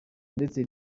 ndetse